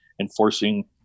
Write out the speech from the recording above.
enforcing